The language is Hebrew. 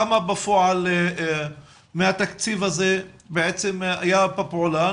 כמה בפועל מהתקציב הזה בעצם היה בפעולה,